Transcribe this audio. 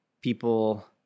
people